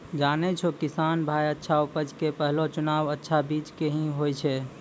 जानै छौ किसान भाय अच्छा उपज के पहलो चुनाव अच्छा बीज के हीं होय छै